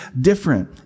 different